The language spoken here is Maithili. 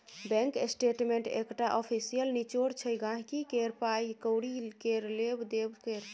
बैंक स्टेटमेंट एकटा आफिसियल निचोड़ छै गांहिकी केर पाइ कौड़ी केर लेब देब केर